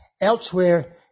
Elsewhere